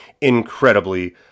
incredibly